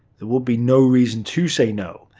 there would be no reason to say no.